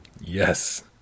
Yes